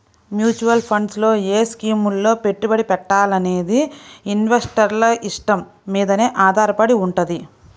mutual funds లో ఏ స్కీముల్లో పెట్టుబడి పెట్టాలనేది ఇన్వెస్టర్ల ఇష్టం మీదనే ఆధారపడి వుంటది